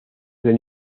del